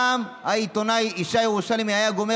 גם העיתונאי ישי ירושלמי היה גומר